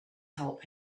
help